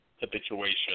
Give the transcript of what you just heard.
habituation